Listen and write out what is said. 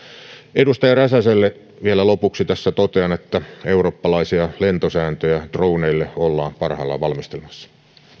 edustaja räsäselle vielä lopuksi tässä totean että eurooppalaisia lentosääntöjä droneille ollaan parhaillaan valmistelemassa